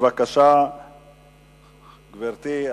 בבקשה, גברתי,